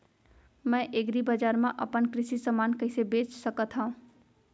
मैं एग्रीबजार मा अपन कृषि समान कइसे बेच सकत हव?